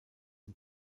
and